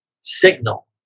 signal